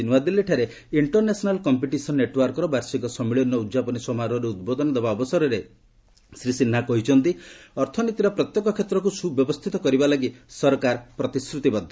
ଆଜି ନୂଆଦିଲ୍ଲୀଠାରେ international competition ନେଟ୍ୱାର୍କର ବାର୍ଷିକ ସମ୍ମିଳନୀର ଉଦ୍ଯାପନୀ ସମାରୋହରେ ଉଦ୍ବୋଧନ ଦେବା ଅବସରରେ ଶ୍ରୀ ସିହ୍ନା କହିଛନ୍ତି ଅର୍ଥନୀତିର ପ୍ରତ୍ୟେକ କ୍ଷେତ୍ରକୁ ସୁବ୍ୟବସ୍ଥିତ କରିବା ଲାଗି ସରକାର ପ୍ରତିଶ୍ରୁତିବଦ୍ଧ